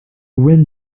wind